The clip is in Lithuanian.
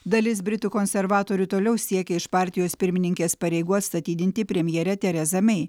dalis britų konservatorių toliau siekia iš partijos pirmininkės pareigų atstatydinti premjerę terezą mei